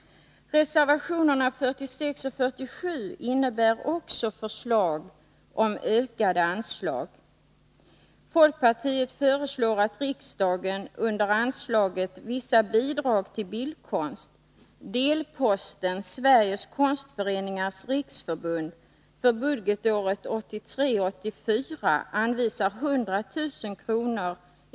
Reservationerna 46 och 47 innehåller också förslag om ökade anslag. Folkpartiet föreslår att riksdagen under anslaget Vissa bidrag till bildkonst, delposten Sveriges konstföreningars riksförbund, för budgetåret 1983/84 anvisar 100 000 kr.